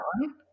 one